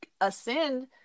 ascend